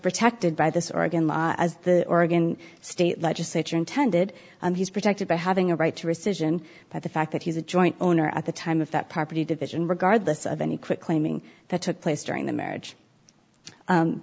protected by this oregon law as the oregon state legislature intended and he's protected by having a right to rescission but the fact that he's a joint owner at the time of that property division regardless of any quick claiming that took place during the marriage